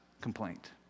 complaint